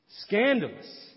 scandalous